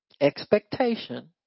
Expectation